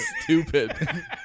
stupid